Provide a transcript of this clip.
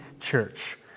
Church